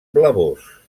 blavós